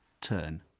turn